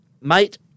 mate